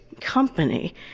company